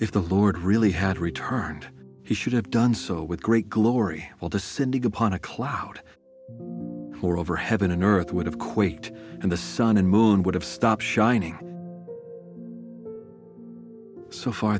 if the lord really had returned he should have done so with great glory will descending upon a cloud or over heaven an earth would have quake and the sun and moon would have stopped shining so far